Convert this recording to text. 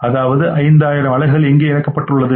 அதாவது 5000 அலகுகள் எங்கே இழக்கப்பட்டுள்ளன